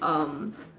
um